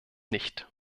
nicht